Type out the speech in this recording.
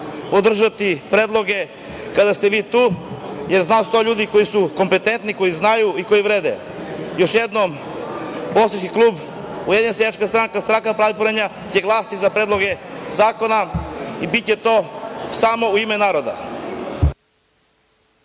podržati predloge kada ste vi tu, jer znam da su to ljudi koji su kompetentni, koji znaju i koji vrede. Još jednom, poslanički klub Ujedinjena seljačka stranka, Stranka pravde i pomirenja će glasati za predloge zakona i biće to samo u ime naroda.